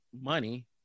money